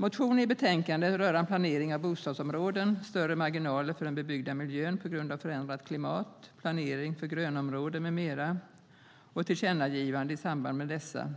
Motioner i betänkandet rörande planering av bostadsområden, större marginaler för den bebyggda miljön på grund av förändrat klimat, planering för grönområden med mera och tillkännagivande i samband med dessa